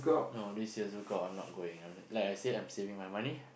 no this year ZoukOut I'm not going like I said I'm saving my money